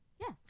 Yes